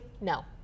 No